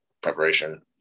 preparation